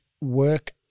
work